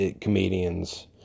comedians